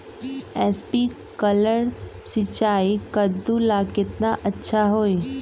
Sprinkler सिंचाई कददु ला केतना अच्छा होई?